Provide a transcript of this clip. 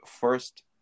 first